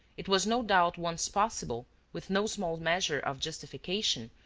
it was no doubt once possible, with no small measure of justification,